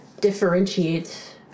differentiates